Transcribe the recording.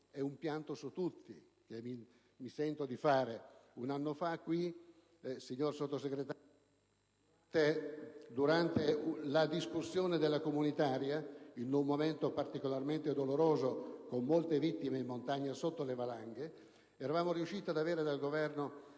È un pianto su tutti, mi sento di fare. Un anno fa qui, signor Sottosegretario, durante la discussione della legge comunitaria, in un momento particolarmente doloroso, con molte vittime in montagna sotto le valanghe, eravamo riusciti ad avere dal Governo